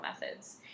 methods